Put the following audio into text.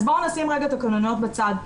אז בואו נשים רגע את הכונניות בצד.